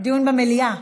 דיון במליאה.